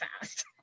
fast